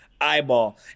eyeball